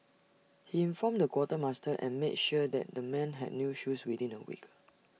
he informed the quartermaster and made sure that the men had new shoes within A week